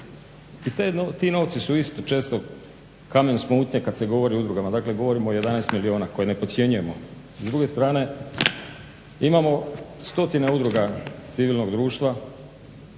I ti novci su isto često kamen smutnje kad se govori o udrugama, dakle govorim o 11 milijuna koje ne podcjenjujemo. S druge strane imamo stotine udruga civilnog društva